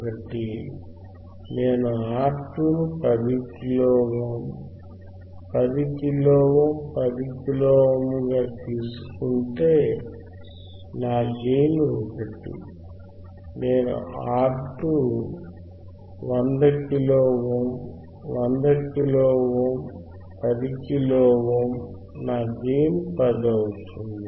1 నేను R2 ను 10 kilo ohm 10 kilo ohm 10 kilo ohm గా తీసుకుంటే నా గెయిన్ 1 నేను R2 100 kilo ohm 100 kilo ohm 10 kilo ohm నా గెయిన్ 10 అవుతుంది